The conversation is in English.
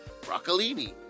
broccolini